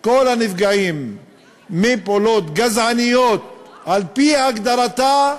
כל הנפגעים מפעולות גזעניות על-פי הגדרתה,